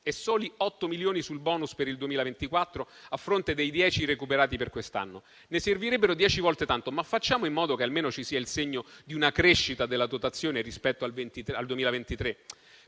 e soli 8 milioni sul *bonus* per il 2024, a fronte dei 10 recuperati per quest'anno, ne servirebbero dieci volte tanto, facciamo in modo che almeno ci sia il segno di una crescita della dotazione rispetto al 2023.